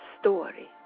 story